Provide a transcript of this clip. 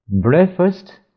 Breakfast